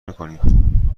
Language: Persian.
میکنیم